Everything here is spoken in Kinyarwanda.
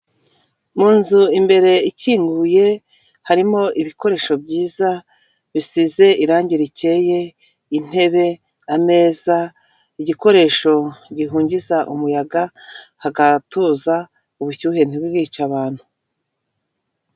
Mu nzu imbere ikinguye, harimo ibikoresho byiza, bisize irangi rikeye, intebe, ameza, igikoresho gihungiza umuyaga hagatuza, ubushyuhe ntibwice abantu.